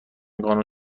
قانون